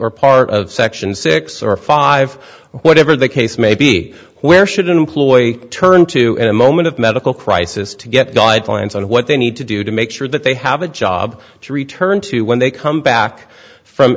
or part of section six or five whatever the case may be where should employ turn to in a moment of medical crisis to get guidelines on what they need to do to make sure that they have a job to return to when they come back from